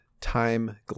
time